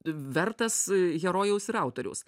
vertas herojaus ir autoriaus